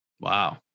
wow